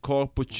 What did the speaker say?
Corpo